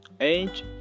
age